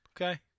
Okay